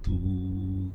to